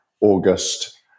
August